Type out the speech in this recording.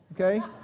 okay